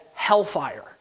Hellfire